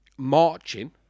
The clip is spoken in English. marching